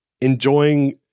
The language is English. enjoying